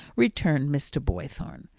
returned mr. boythorn.